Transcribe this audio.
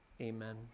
amen